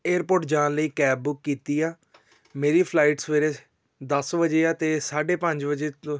airport ਜਾਣ ਲਈ cab book ਕੀਤੀ ਆ ਮੇਰੀ ਫਲਾਈਟ ਸਵੇਰੇ ਦਸ ਵਜੇ ਆ ਅਤੇ ਸਾਢੇ ਪੰਜ ਵਜੇ